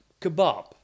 kebab